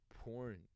porn